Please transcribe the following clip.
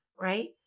right